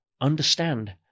understand